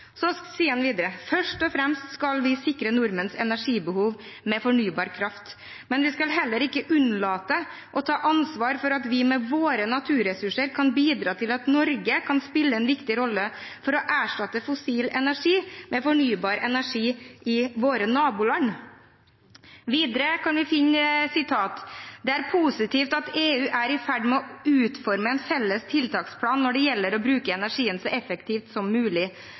Så sier han videre: «Først og fremst skal vi sikre nordmenns energibehov med fornybar kraft. Men vi skal heller ikke unnlate å ta ansvar for at vi med våre naturressurser kan bidra til at Norge kan spille en viktig rolle for å erstatte fossil energi med fornybar energi i våre naboland.» Videre kan vi finne sitatet: Det er positivt at EU er i ferd med å utforme en felles tiltaksplan når det gjelder å bruke energien så effektivt som mulig.